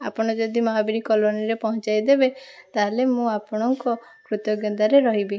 ଆପଣ ଯଦି ମହାବୀର କଲୋନୀରେ ପହଞ୍ଚାଇ ଦେବେ ତାହେଲେ ମୁଁ ଆପଣଙ୍କ କୃତଜ୍ଞତାରେ ରହିବି